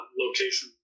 location